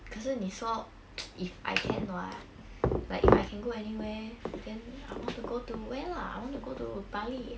可是你说 if I can [what] like if I can go anywhere then I want to go to where lah I want to go to bali